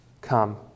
Come